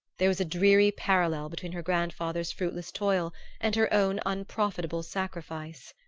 there was a dreary parallel between her grandfather's fruitless toil and her own unprofitable sacrifice.